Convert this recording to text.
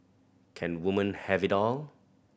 can woman have it all